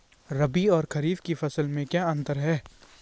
रबी और खरीफ की फसल में क्या अंतर है?